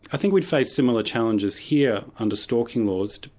i think we'd face similar challenges here under stalking laws.